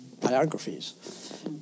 biographies